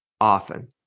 often